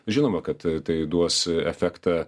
žinoma kad tai duos efektą